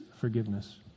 forgiveness